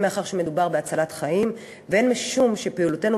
הן מאחר שמדובר בהצלת חיים והן משום שלפעולותינו